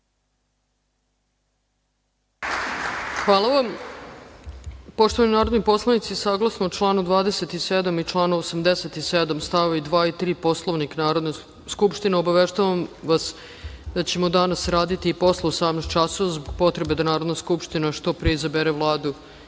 Hvala. Poštovani narodni poslanici, saglasno čl. 27. i 87. st. 2. i 3. Poslovnika Narodne skupštine, obaveštavam vas da ćemo danas raditi i posle 18.00 časova zbog potrebe da Narodna skupština što pre izabere Vladu